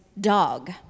dog